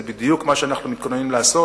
זה בדיוק מה שאנחנו מתכוננים לעשות.